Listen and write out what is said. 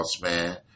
man